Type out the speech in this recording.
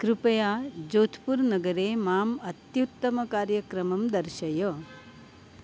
कृपया जोध्पुर् नगरे माम् अत्युत्तमकार्यक्रमं दर्शय